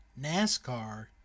NASCAR